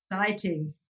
exciting